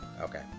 okay